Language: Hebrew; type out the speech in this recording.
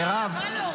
הלו.